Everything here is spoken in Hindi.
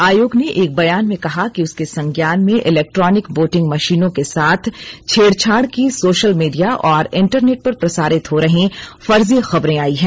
आयोग ने एक बयान में कहा कि उसके संज्ञान में इलेक्ट्रॉनिक वोटिंग मशीनों के साथ छेड़छाड़ की सोशल मीडिया और इंटरनेट पर प्रसारित हो रहीं फर्जी खबरें आई हैं